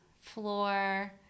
floor